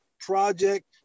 project